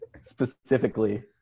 Specifically